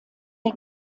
der